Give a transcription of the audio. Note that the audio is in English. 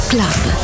Club